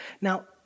Now